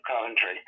Coventry